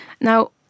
Now